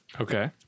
Okay